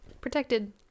protected